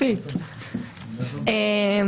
חבר הכנסת סעדי,